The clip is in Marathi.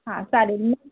हां चालेल मग